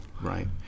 Right